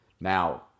Now